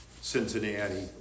Cincinnati